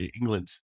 England